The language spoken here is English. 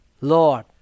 Lord